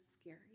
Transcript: scary